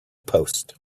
post